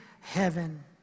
heaven